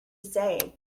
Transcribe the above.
say